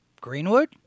Greenwood